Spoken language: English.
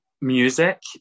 music